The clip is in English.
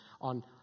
on